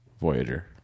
Voyager